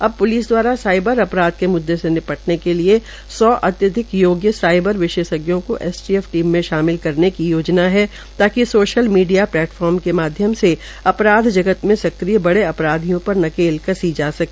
अब प्लिस दवारा साईबार अपराध के मुद्दे से निपटने के लिए सौ अत्याधिक योग्य साइबर विशेषज्ञों को एसटी एफ टीम में शामिल करने की योजना है ताकि सोशल मीडिया प्लेटफार्म के माध्यम से अपराध जगत में सक्रिय बड़े अपराधियों पर नकेल कसी जा सके